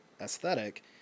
aesthetic